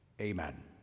Amen